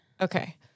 Okay